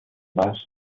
بخش